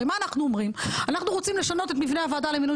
אנחנו רוצים לשנות את מבנה הוועדה למינוי